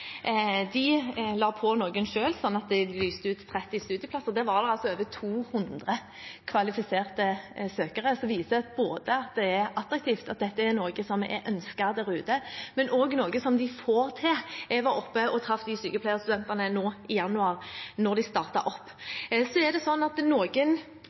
De la på noen selv, slik at de lyste ut 30 studieplasser. Til disse var det 200 kvalifiserte søkere. Det viser både at det er attraktivt – at dette er noe som er ønsket der ute – og at det er noe som de får til. Jeg var oppe og traff de sykepleierstudentene i januar, da de startet opp. Så er det slik at noen